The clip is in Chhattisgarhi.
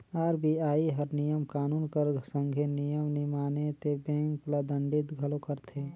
आर.बी.आई हर नियम कानून कर संघे नियम नी माने ते बेंक ल दंडित घलो करथे